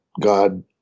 God